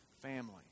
family